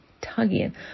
tugging